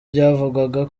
byavugwaga